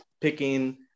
picking